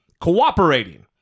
cooperating